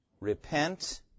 Repent